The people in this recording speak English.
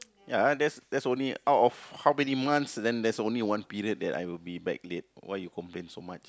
ya ah that's that's only out of how many months then that's only one period that I will be back late why you complain so much